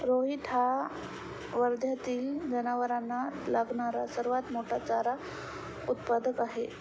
रोहित हा वर्ध्यातील जनावरांना लागणारा सर्वात मोठा चारा उत्पादक आहे